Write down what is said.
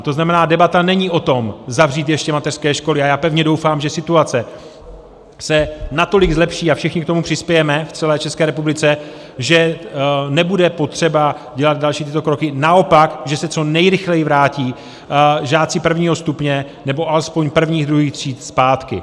To znamená, debata není o tom zavřít ještě mateřské školy, a já pevně doufám, že situace se natolik zlepší a všichni k tomu přispějeme v celé ČR, že nebude potřeba dělat tyto další kroky, naopak že se co nejrychleji vrátí žáci prvního stupně, nebo alespoň prvních, druhých tříd zpátky.